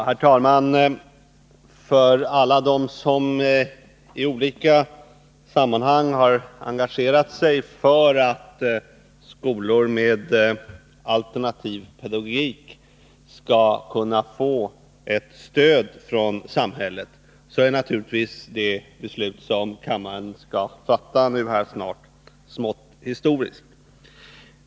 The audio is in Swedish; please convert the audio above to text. Herr talman! För alla dem som i olika sammanhang har engagerat sig för att skolor med alternativ pedagogik skall kunna få ett stöd från samhället är naturligtvis det beslut som kammaren snart kommer att fatta smått historiskt.